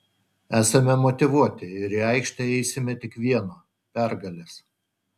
esame motyvuoti ir į aikštę eisime tik vieno pergalės